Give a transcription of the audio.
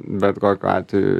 bet kokiu atveju